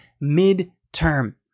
mid-term